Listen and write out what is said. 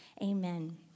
Amen